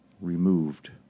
removed